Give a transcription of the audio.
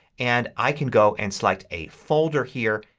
and i can go and select a folder here.